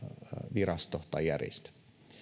virasto tai järjestö